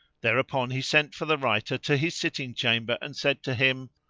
thereupon he sent for the writer to his sitting-chamber and said to him,